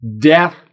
death